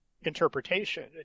interpretation